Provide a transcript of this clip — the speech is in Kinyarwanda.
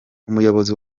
umuyobozi